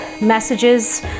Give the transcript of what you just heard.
messages